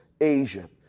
Asia